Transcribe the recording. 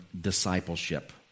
discipleship